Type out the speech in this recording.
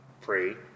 free